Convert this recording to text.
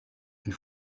une